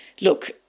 look